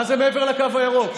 מה זה מעבר לקו הירוק?